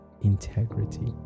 integrity